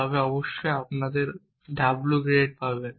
তবে অবশেষে আপনি অবশ্যই w গ্রেড পাবেন